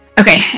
Okay